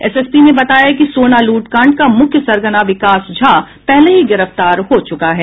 S S P ने बताया कि सोना लूट कांड का मुख्य सरगना विकास झा पहले ही गिरफ्तार हो चुका है